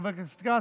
חבר הכנסת כץ,